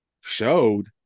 showed